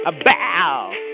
A-bow